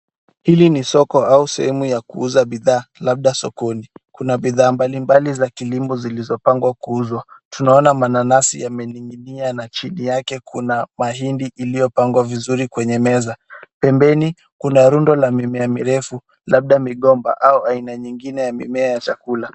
Hili ni soko au sehemu ya kuuza bidhaa labda sokoni. Kuna bidhaa mbali mbali za kilimo zilizopangwa kuuzwa. Tunaona mananasi yamening'inia na chini yake kuna mahindi iliyopangwa vizuri kwenye meza. Pembeni kuna rundo la mimea mirefu labda migomba au aina nyingine ya mimea ya chakula.